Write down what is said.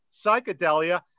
psychedelia